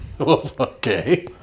okay